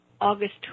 August